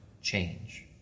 change